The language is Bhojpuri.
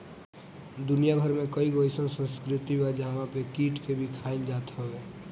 दुनिया भर में कईगो अइसन संस्कृति बा जहंवा पे कीट के भी खाइल जात हवे